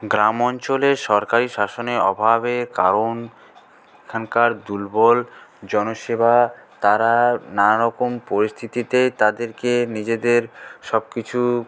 গ্রাম অঞ্চলের সরকারি শাসনের অভাবের কারণ এখানকার দুর্বল জনসেবা তারা নানারকম পরিস্থিতিতে তাদেরকে নিজেদের সবকিছু